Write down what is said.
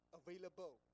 available